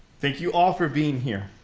thank you all for being here,